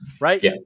right